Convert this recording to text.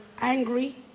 angry